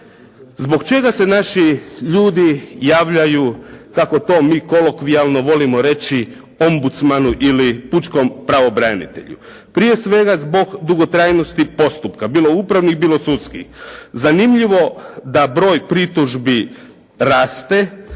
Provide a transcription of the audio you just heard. Zbog čega se naši ljudi javljaju, kako to mi kolokvijalno volimo reći ombudsmanu ili pučkom pravobranitelju? Prije svega zbog dugotrajnosti postupka, bilo upravnih, bilo sudskih. Zanimljivo da broj pritužbi raste,